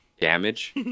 damage